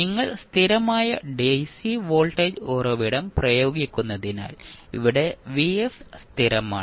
നിങ്ങൾ സ്ഥിരമായ dc voltage ഉറവിടം പ്രയോഗിക്കുന്നതിനാൽ ഇവിടെ സ്ഥിരമാണ്